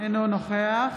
אינו נוכח